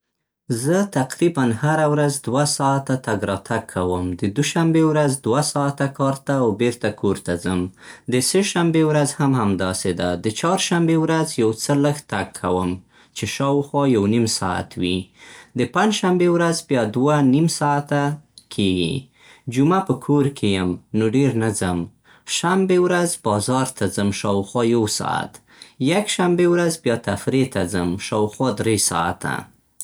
زه تقریباً هره ورځ دوه ساعته تګ راتګ کوم. د دوشنبې ورځ دوه ساعته کار ته او بېرته کور ته ځم. د سې شنبې ورځ هم همداسې ده. د چهارشنبې ورځ یو څه لږ تګ کوم، چې شاوخوا یو نیم ساعت وي. د پنجشنبې ورځ بیا دوه نیم ساعته کېږي. جمعه په کور کې یم، نو ډېر نه ځم. شنبې ورځ بازار ته ځم، شاوخوا یو ساعت. یکشنبه ورځ بیا تفریح ته ځم، شاوخوا درې ساعته.